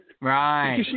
Right